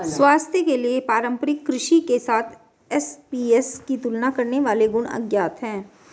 स्वास्थ्य के लिए पारंपरिक कृषि के साथ एसएपीएस की तुलना करने वाले गुण अज्ञात है